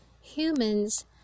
Humans